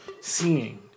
seeing